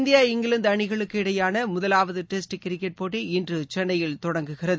India England அணிகளுக்கு இளடயேயாள முதலாவது டெஸ்ட் கிரிக்கெட் போட்டி இன்று சென்னையில் தொடங்குகிறது